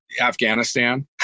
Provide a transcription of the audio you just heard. Afghanistan